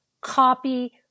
copy